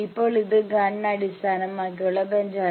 ഇപ്പോൾ ഇത് ഗൺ അടിസ്ഥാനമാക്കിയുള്ള ബെഞ്ചാണ്